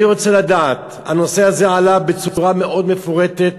אני רוצה לדעת, הנושא הזה עלה בצורה מאוד מפורטת,